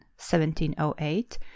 1708